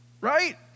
Right